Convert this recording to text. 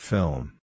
Film